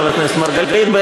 חבר הכנסת מרגלית,